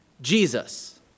Jesus